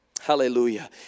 Hallelujah